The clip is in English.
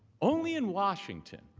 only in washington,